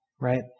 right